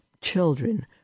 children